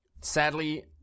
Sadly